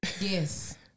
Yes